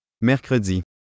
Mercredi